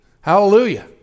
Hallelujah